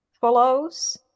follows